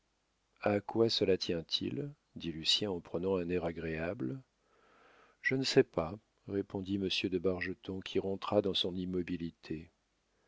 a quoi cela tient-il dit lucien en prenant un air agréable je ne sais pas répondit monsieur de bargeton qui rentra dans son immobilité